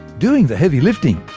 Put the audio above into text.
doing the heavy lifting,